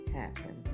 happen